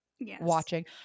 watching